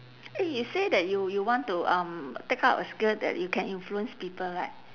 eh you say that you you want to um take up a skill that you can influence people right